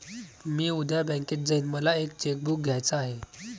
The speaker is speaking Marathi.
मी उद्या बँकेत जाईन मला एक चेक बुक घ्यायच आहे